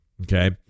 Okay